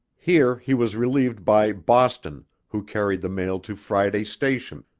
here he was relieved by boston, who carried the mail to friday station,